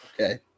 Okay